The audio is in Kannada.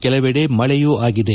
ಕೆಲವೆಡೆ ಮಳೆಯೂ ಆಗಿದೆ